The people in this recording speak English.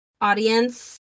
audience